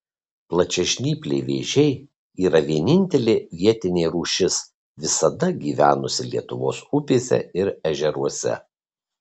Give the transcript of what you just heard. plačiažnypliai vėžiai yra vienintelė vietinė rūšis visada gyvenusi lietuvos upėse ir ežeruose